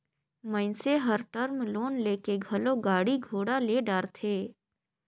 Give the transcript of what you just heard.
मइनसे हर term loan लेके घलो गाड़ी घोड़ा ले डारथे